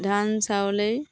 ধান চাউলেই